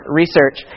research